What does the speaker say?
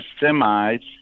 semis